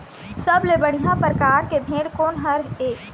सबले बढ़िया परकार के भेड़ कोन हर ये?